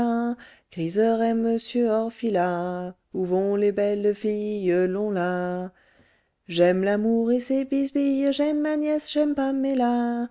orfila où vont les belles filles j'aime l'amour et ses bisbilles